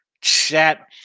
chat